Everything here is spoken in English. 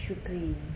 syukri